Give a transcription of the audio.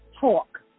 talk